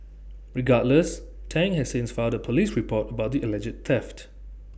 regardless Tang has since filed A Police report about the alleged theft